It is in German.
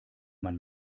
man